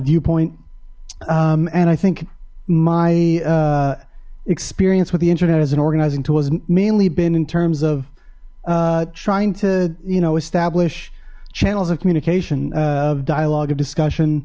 viewpoint and i think my experience with the internet as an organizing tool was mainly been in terms of trying to you know establish channels of communication of dialogue of discussion